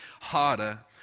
harder